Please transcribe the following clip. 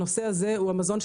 הנושא הזה נוגע